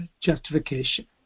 justification